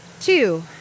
two